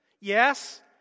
yes